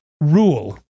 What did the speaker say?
Rule